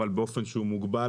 אבל באופן שהוא מוגבל,